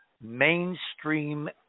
mainstream